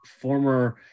former